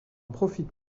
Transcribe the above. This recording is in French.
profite